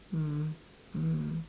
mm mm